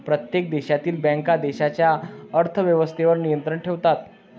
प्रत्येक देशातील बँका देशाच्या अर्थ व्यवस्थेवर नियंत्रण ठेवतात